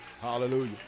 hallelujah